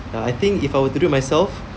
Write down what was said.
ya I think if I were to do it myself